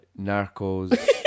Narcos